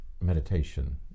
meditation